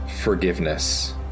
forgiveness